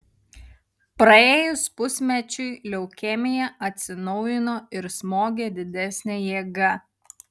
praėjus pusmečiui leukemija atsinaujino ir smogė didesne jėga